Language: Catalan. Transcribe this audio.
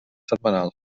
setmanal